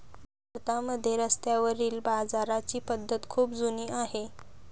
भारतामध्ये रस्त्यावरील बाजाराची पद्धत खूप जुनी आहे